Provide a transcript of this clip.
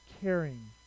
caring